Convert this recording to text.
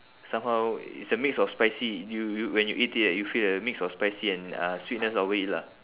somehow it's a mix of spicy you you when you eat it right you feel that the mix of spicy and uh sweetness of it lah